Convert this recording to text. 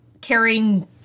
carrying